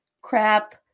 crap